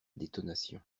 détonation